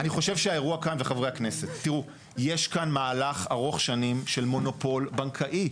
אני חושב שהאירוע כאן - יש כאן מהלך ארוך שנים של מונופול בנקאי.